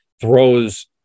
throws